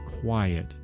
quiet